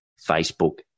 Facebook